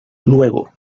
luego